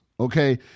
Okay